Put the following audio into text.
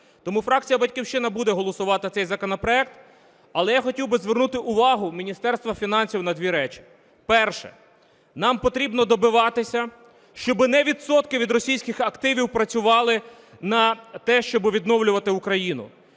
Тому фракція "Батьківщина" буде голосувати за цей законопроект. Але я хотів би звернути увагу Міністерство фінансів на дві речі. Перше. Нам потрібно добиватися, щоб не відсотки від російських активів працювали на те, щоб відновлювати Україну.